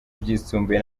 byisumbuye